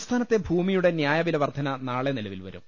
സംസ്ഥാനത്തെ ഭൂമിയുടെ ന്യായവിലവർധന നാളെ നിലവിൽ വരും